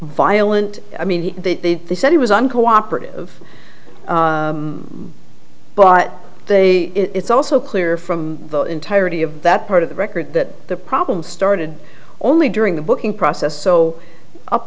violent i mean he the they said he was uncooperative but they it's also clear from the entirety of that part of the record that the problem started only during the booking process so up